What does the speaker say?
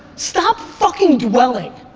stop fucking dwelling.